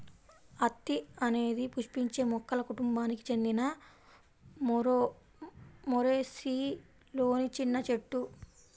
అత్తి అనేది పుష్పించే మొక్కల కుటుంబానికి చెందిన మోరేసిలోని చిన్న చెట్టు